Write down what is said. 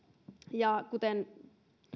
ja kuten